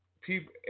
people